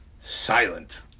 Silent